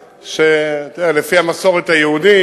לפי המסורת היהודית